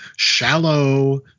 shallow